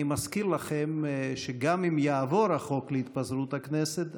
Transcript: אני מזכיר לכם שגם אם יעבור החוק להתפזרות הכנסת,